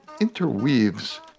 interweaves